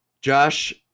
Josh